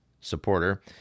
supporter